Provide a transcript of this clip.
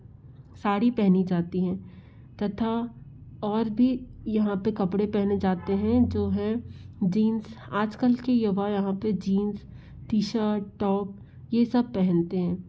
साड़ी पहनी जाती हैं तथा और भी यहाँ पे कपड़े पहने जाते हैं जो हैं जीन्स आजकल की युवा यहाँ पे जींस टी शर्ट टॉप ये सब पहनते हैं